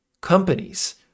companies